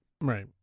Right